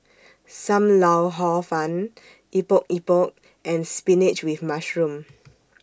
SAM Lau Hor Fun Epok Epok and Spinach with Mushroom